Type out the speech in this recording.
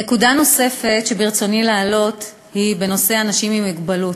נקודה נוספת שברצוני להעלות היא בנושא אנשים עם מוגבלות.